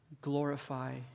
glorify